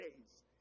days